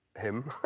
him,